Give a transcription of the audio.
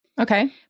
Okay